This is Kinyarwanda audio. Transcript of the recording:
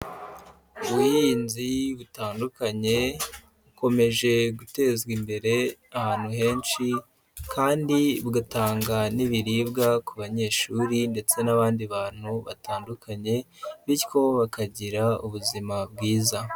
Ubuhinzi butandukanye bukomeje gutezwa imbere ahantu henshi kandi bugatanga n'ibiribwa ku banyeshuri ndetse n'abandi bantu batandukanye, bityo bakagira ubuzima bwiza.